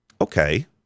okay